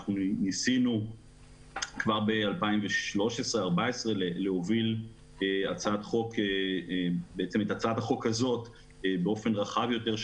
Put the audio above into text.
אנחנו ניסינו כבר ב-2014-2013 להוביל את הצעת החוק הזאת באופן רחב יותר,